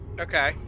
Okay